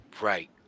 Right